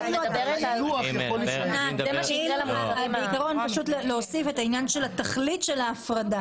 אפשר להוסיף את העניין של התכלית של ההפרדה.